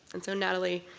and so natalie,